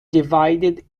divided